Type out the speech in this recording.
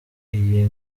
iyi